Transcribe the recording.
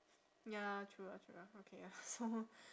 ya true ah true ah okay ah so